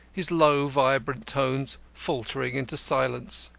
his low vibrant tones faltering into silence.